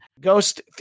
Ghost